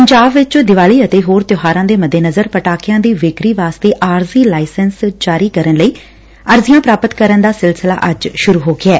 ਪੰਜਾਬ ਚ ਦੀਵਾਲੀ ਅਤੇ ਹੋਰ ਤਿਉਹਾਰਾਂ ਦੇ ਮੱਦੇਨਜ਼ਰ ਪਟਾਕਿਆਂ ਦੀ ਵਿਕਰੀ ਵਾਸਤੇ ਆਰਜ਼ੀ ਲਾਇਸੈਂਸ ਜਾਰੀ ਕਰਨ ਲਈ ਅਰਜ਼ੀਆਂ ਪ੍ਰਾਪਤ ਕਰਨ ਦਾ ਸਿਲਸਿਲਾ ਅੱਜ ਸੁਰੂ ਹੋ ਗਿਐ